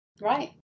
Right